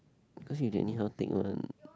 because you anyhow take note one